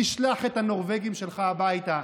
תשלח את הנורבגים שלך הביתה.